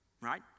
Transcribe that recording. right